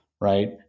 Right